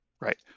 Right